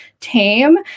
tame